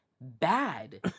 bad